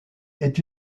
est